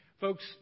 Folks